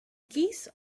geese